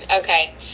Okay